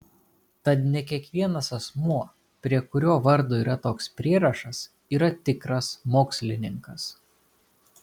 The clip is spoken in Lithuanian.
tad ne kiekvienas asmuo prie kurio vardo yra toks prierašas yra tikras mokslininkas